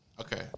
Okay